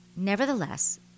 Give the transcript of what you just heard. Nevertheless